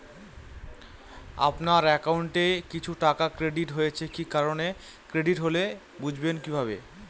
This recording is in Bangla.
আপনার অ্যাকাউন্ট এ কিছু টাকা ক্রেডিট হয়েছে কি কারণে ক্রেডিট হল বুঝবেন কিভাবে?